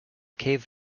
cave